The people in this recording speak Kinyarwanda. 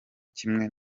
kimwe